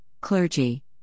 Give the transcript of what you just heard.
clergy